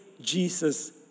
Jesus